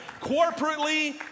corporately